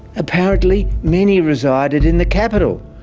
apparently many resided in the capital,